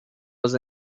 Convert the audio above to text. was